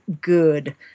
good